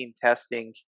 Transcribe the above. testing